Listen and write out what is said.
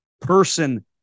person